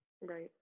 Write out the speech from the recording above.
Right